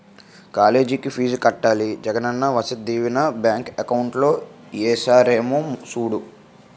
కాలేజికి ఫీజు కట్టాలి Jagananna Vasathi Deevena bank account లో ఏసారేమో సూడు